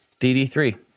DD3